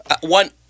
one